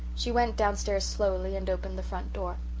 she went downstairs slowly, and opened the front door.